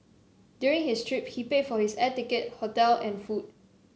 during his trip he paid for his air ticket hotel and food